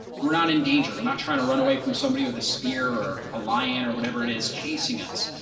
we're not in danger. we're not trying to run away from somebody with a spear or a lion or whatever it is chasing us.